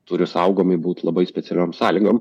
turi saugomi būt labai specialiom sąlygom